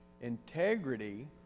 Integrity